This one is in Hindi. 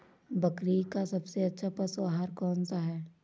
बकरी का सबसे अच्छा पशु आहार कौन सा है?